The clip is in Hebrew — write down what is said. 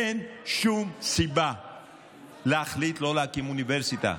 אין שום סיבה להחליט לא להקים אוניברסיטה.